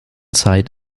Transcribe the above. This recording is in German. zeit